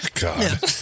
God